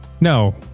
no